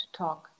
talk